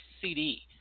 CD